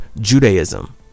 Judaism